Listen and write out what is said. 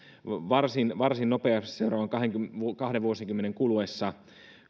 varsin varsin nopeasti seuraavan kahden vuosikymmenen kuluessa